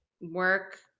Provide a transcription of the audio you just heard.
work